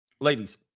Ladies